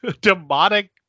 demonic